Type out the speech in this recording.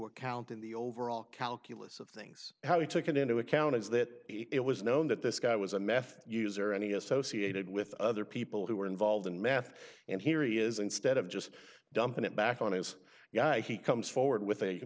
account in the overall calculus of things how he took it into account is that it was known that this guy was a meth user any associated with other people who were involved in math and here he is instead of just dumping it back on his guy he comes forward with a